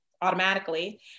automatically